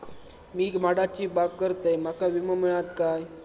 मी माडाची बाग करतंय माका विमो मिळात काय?